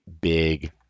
big